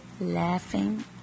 laughing